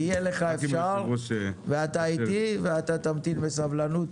יהיה לך אפשר, ואתה איתי ואתה תמתין בסבלנות.